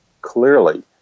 Clearly